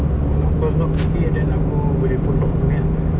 kalau kau lock okay then aku boleh phone lock ku punya ah